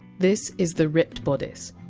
this is the ripped bodice,